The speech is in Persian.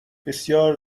بسیار